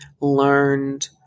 learned